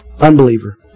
Unbeliever